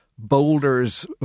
Boulders